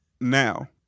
Now